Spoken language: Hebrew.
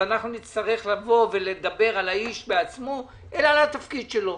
תצטרכו לבוא ולדבר על האיש בעצמו אלא על התפקיד שלו.